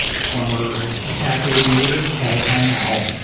former attack aviator, call sign owl.